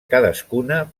cadascuna